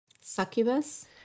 Succubus